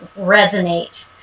resonate